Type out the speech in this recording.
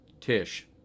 Tish